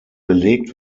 belegt